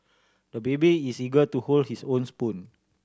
the baby is eager to hold his own spoon